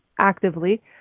actively